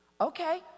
okay